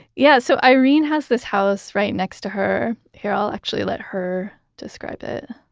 yeah, so irene has this house right next to her. here i'll actually let her describe it